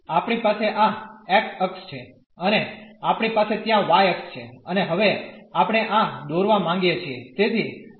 આપણી પાસે આ x અક્ષ છે અને આપણી પાસે ત્યાં y અક્ષ છે અને હવે આપણે આ દોરવા માંગીએ છીએ